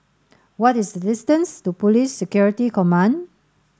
what is the distance to Police Security Command